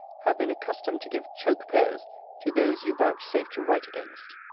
have been accustomed to give choke-pears to those you vouchsafe to write against.